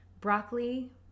broccoli